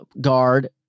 guard